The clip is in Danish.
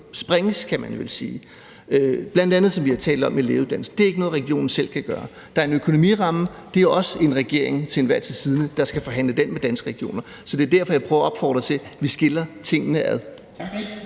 sprænges, kan man vel sige, bl.a., som vi har talt om, med lægeuddannelsen. Det er ikke noget, regionen selv kan gøre. Der er en økonomisk ramme, og det er også den til enhver tid siddende regering, der skal forhandle om den med Danske Regioner. Det er derfor, jeg prøver at opfordre til at skille tingene ad.